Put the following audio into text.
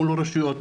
מול רשויות,